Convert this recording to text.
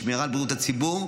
בשמירה על בריאות הציבור,